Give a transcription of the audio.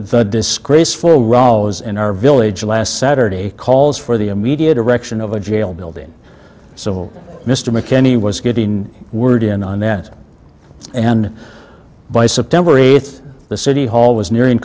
the disgraceful rows in our village last saturday calls for the a media direction of a jail building so mr mckenny was getting word in on that and by september eighth the city hall was nearing